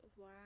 Wow